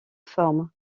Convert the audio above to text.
forment